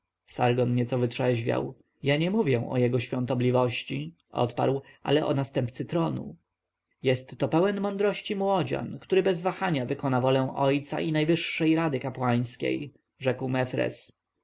nieco wytrzeźwiał ja nie mówię o jego świątobliwości odparł ale o następcy tronu jest to pełen mądrości młodzian który bez wahania wykona wolę ojca i najwyższej rady kapłańskiej rzekł